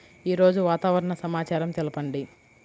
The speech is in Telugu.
ఈరోజు వాతావరణ సమాచారం తెలుపండి